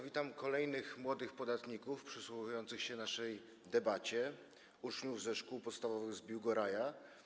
Witam kolejnych młodych podatników przysłuchujących się naszej debacie, uczniów ze szkół podstawowych z Biłgoraja.